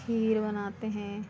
खीर बनाते हैं